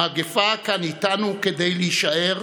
המגפה כאן איתנו כדי להישאר,